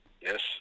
Yes